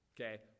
Okay